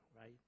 right